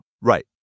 right